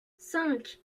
cinq